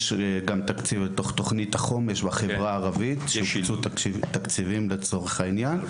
יש גם תקציב בתכנית החומש בחברה הערבית הקצו תקציבים לצורך העניין.